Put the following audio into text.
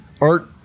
art